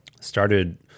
started